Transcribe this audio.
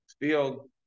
field